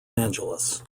angeles